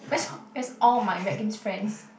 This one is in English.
where's where's all my rec games friends